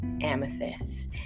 amethyst